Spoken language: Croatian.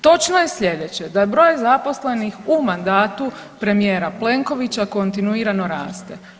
Točno je slijedeće, da je broj zaposlenih u mandatu premijera Plenkovića kontinuirano raste.